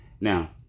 Now